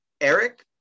Eric